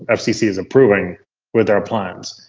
ah fcc is approving with our plans.